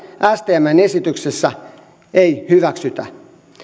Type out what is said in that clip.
stmn esityksessä ei hyväksytä